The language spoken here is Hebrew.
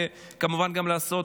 וכמובן גם לעשות